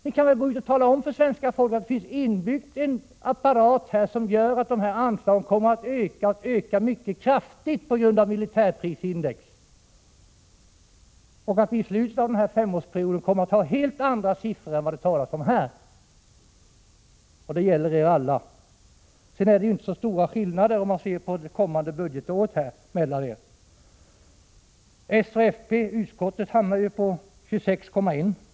Ni kan väl gå ut och tala om för svenska folket att här finns en apparat inbyggd som gör att anslagen kommer att öka, och öka mycket kraftigt, på grund av militärprisindex och att det i slutet av femårsperioden kommer att bli fråga om helt andra siffror än vad det talas om här. Det gäller er alla. Om man ser till det kommande budgetåret är det inte så stora skillnader mellan er. Utskottet, socialdemokraterna och folkpartiet, hamnar på 26,1 miljarder.